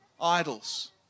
idols